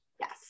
Yes